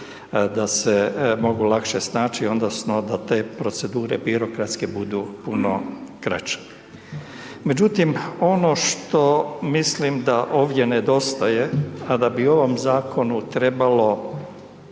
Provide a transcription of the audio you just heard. da se mogu lakše snaći odnosno da te procedure birokratske budu puno kraće. Međutim, ono što mislim da ovdje nedostaje a da bi ovom zakonu trebalo,